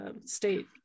state